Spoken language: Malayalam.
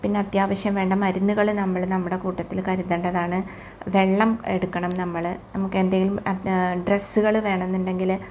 പിന്നെ അത്യാവശ്യം വേണ്ട മരുന്നുകൾ നമ്മൾ നമ്മുടെ കൂട്ടത്തിൽ കരുതണ്ടതാണ് വെള്ളം എടുക്കണം നമ്മൾ നമക്ക് എന്തെങ്കിലും ഡ്രെസ്സുകൾ വേണമെന്നുണ്ടെങ്കിൽ